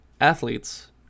athletes